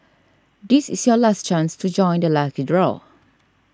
this is your last chance to join the lucky draw